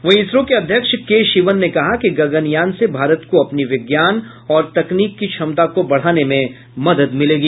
वही इसरो के अध्यक्ष के शिवन ने कहा कि गगनयान से भारत को अपनी विज्ञान और तकनीक की क्षमता को बढ़ाने में मदद मिलेगी